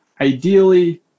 Ideally